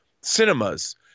cinemas